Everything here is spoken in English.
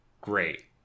great